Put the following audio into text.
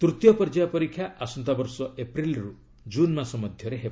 ତୂତୀୟ ପର୍ଯ୍ୟାୟ ପରୀକ୍ଷା ଆସନ୍ତା ବର୍ଷ ଏପ୍ରିଲରୁ ଜୁନ୍ ମାସ ମଧ୍ୟରେ ହେବ